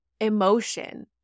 emotion